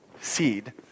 seed